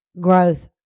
growth